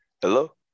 Hello